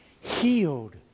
healed